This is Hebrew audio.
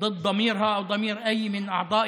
הצביעה נגד התוכנית הפוליטית שלה,